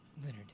Leonard